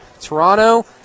Toronto